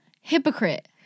Hypocrite